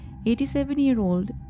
87-year-old